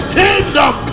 kingdom